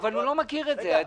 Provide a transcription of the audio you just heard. אבל הוא לא מכיר את זה.